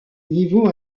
niveau